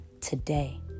today